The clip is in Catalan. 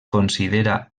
considera